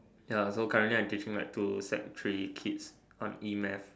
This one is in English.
ya so currently I'm teaching like two sec three kids on E math